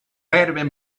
have